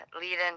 leading